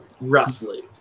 Roughly